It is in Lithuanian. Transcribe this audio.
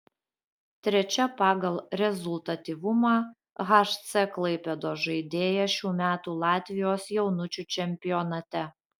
trečia pagal rezultatyvumą hc klaipėdos žaidėja šių metų latvijos jaunučių čempionate